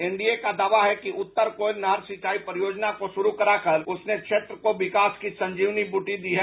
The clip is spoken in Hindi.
एनडीए का दावा है कि उत्तर कोयल नहर सिंचाई परियोजना को शुरु कराकर उसने क्षेत्र को विकास की संजीवनी बूटी दी है